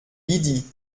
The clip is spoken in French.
lydie